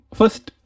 first